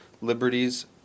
liberties